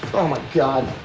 oh my god.